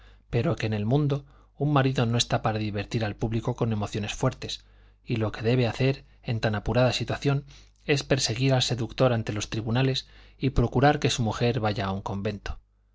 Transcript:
pero que en el mundo un marido no está para divertir al público con emociones fuertes y lo que debe hacer en tan apurada situación es perseguir al seductor ante los tribunales y procurar que su mujer vaya a un convento